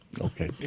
Okay